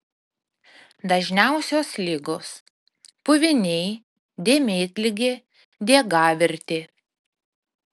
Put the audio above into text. dažniausios ligos puviniai dėmėtligė diegavirtė